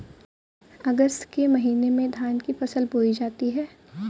अगस्त के महीने में धान की फसल बोई जाती हैं